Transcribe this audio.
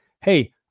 Hey